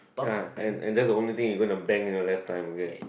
ya and and that's the only thing you gonna bang in your lifetime okay